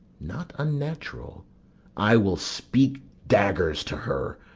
not unnatural i will speak daggers to her,